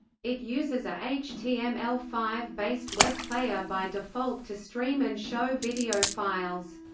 it uses a h t m l five based web player by default to stream and show video files.